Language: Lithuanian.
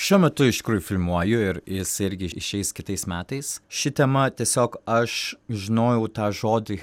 šiuo metu iš tikrųjų filmuoju ir jis irgi išeis kitais metais ši tema tiesiog aš žinojau tą žodį